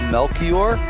Melchior